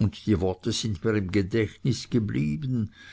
und die worte sind mir im gedächtnis geblieben